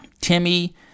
Timmy